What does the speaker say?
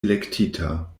elektita